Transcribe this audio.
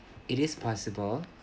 it is possible